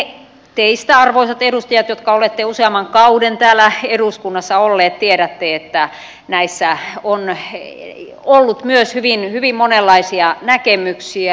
ne teistä arvoisat edustajat jotka olette useamman kauden täällä eduskunnassa olleet tietävät että näistä on ollut myös hyvin monenlaisia näkemyksiä